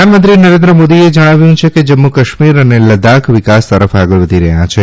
પ્રધાનમંત્રીશ્રી નરેન્દ્ર મોદીએ જણાવ્યું છે કે જમ્મુકાશ્મીર અને લદાખ વિકાસ તરફ આગળ વધી રહ્યાં છે